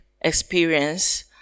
experience